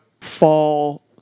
fall